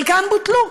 חלקן בוטלו.